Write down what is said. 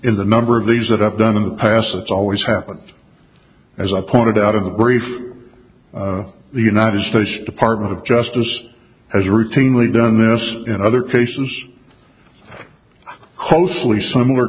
in the number of these that i've done in the past it's always happened as i pointed out of the brief the united states department of justice has routinely done this in other cases closely s